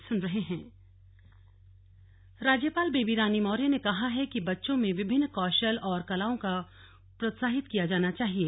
slug राज्यपाल राज्यपाल बेबी रानी मौर्य ने कहा है कि बच्चों में विभिन्न कौशल और कलाओं को प्रोत्साहित किया जाना चाहिये